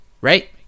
right